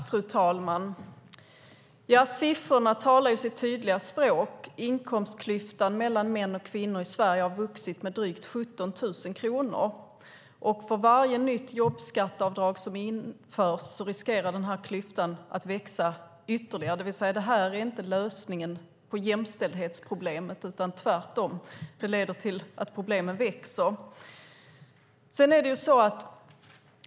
Fru talman! Siffrorna talar sitt tydliga språk. Inkomstklyftan mellan män och kvinnor i Sverige har vuxit med drygt 17 000 kronor. För varje nytt jobbskatteavdrag som införs riskerar denna klyfta att växa ytterligare. Det är alltså inte lösningen på jämställdhetsproblemet. Tvärtom leder det till att problemen växer.